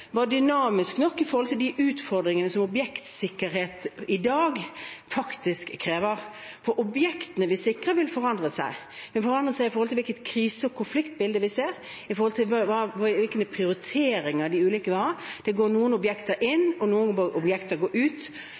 var dynamisk nok med tanke på de utfordringene som objektsikkerhet i dag faktisk krever, for objektene vi sikrer, vil forandre seg. De vil forandre seg i forhold til hvilket krise- og konfliktbilde vi ser, i forhold til hvilke prioriteringer de ulike vil ha – det går noen objekter inn, og noen objekter går ut.